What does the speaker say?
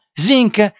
zinc